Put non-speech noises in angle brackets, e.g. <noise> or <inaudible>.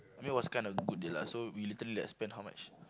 I mean it was kind of good deal lah so we literally like spend how much <noise>